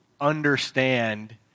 understand